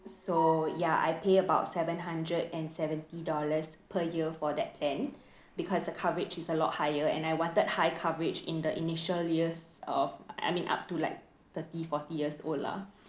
so ya I pay about seven hundred and seventy dollars per year for that plan because the coverage is a lot higher and I wanted high coverage in the initial years of I mean up to like thirty forty years old lah